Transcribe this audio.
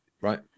right